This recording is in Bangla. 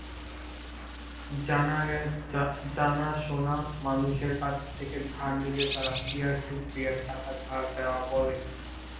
জানা সোনা মানুষের কাছ থেকে ধার নিলে তাকে পিয়ার টু পিয়ার টাকা ধার দেওয়া বলে